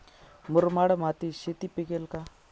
मुरमाड मातीत शेती पिकेल का?